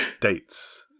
dates